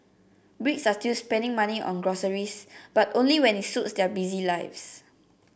brits are still spending money on groceries but only when it suits their busy lives